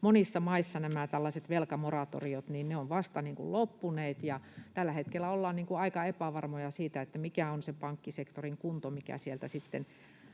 Monissa maissa nämä tällaiset velkamoratoriot ovat vasta loppuneet, ja tällä hetkellä ollaan aika epävarmoja siitä, mikä on se pankkisektorin kunto, mikä sieltä sitten